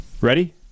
Ready